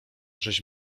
żeś